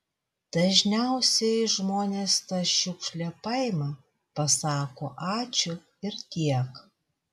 dažniausiai žmonės tą šiukšlę paima pasako ačiū ir tiek